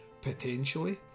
potentially